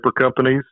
companies